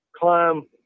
climb